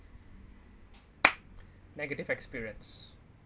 negative experience